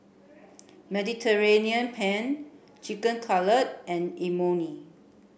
Mediterranean Penne Chicken Cutlet and Imoni